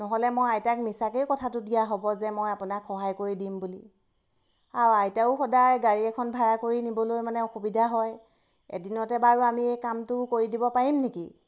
নহ'লে মই আইতাক মিছাকৈয়ে কথাটো দিয়া হ'ব যে মই আপোনাক সহায় কৰি দিম বুলি আৰু আইতায়েও সদায় গাড়ী এখন ভাড়া কৰি নিবলৈ মানে অসুবিধা হয় এদিনতে বাৰু আমি এই কামটো কৰি দিব পাৰিম নেকি